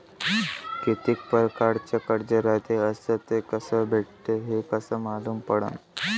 कितीक परकारचं कर्ज रायते अस ते कस भेटते, हे कस मालूम पडनं?